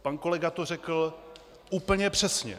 Pan kolega to řekl úplně přesně.